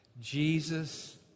Jesus